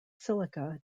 silica